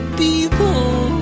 people